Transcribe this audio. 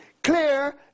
clear